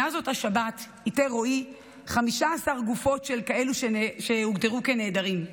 מאז אותה שבת איתר רועי 15 גופות של כאלו שהוגדרו כנעדרים.